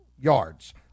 yards